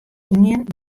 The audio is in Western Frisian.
ien